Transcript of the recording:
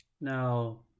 Now